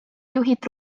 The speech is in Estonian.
juhid